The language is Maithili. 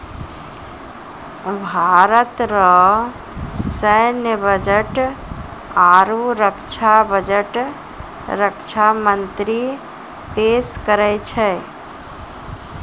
भारत रो सैन्य बजट आरू रक्षा बजट रक्षा मंत्री पेस करै छै